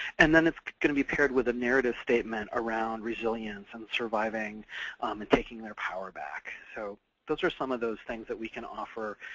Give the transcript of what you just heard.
and then it's going to be paired with a narrative statement around resilience and surviving and taking their power back. so those are some of those things that we can offer,